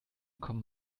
kommen